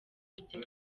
ijya